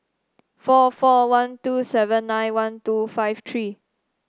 four four one two seven nine one two five three